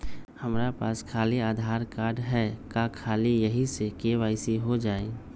हमरा पास खाली आधार कार्ड है, का ख़ाली यही से के.वाई.सी हो जाइ?